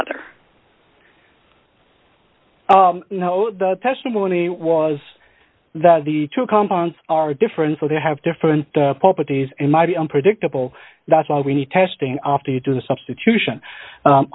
other you know the testimony was that the two compounds are different so they have different properties and might be unpredictable that's all we need testing after you do the substitution